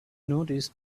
noticed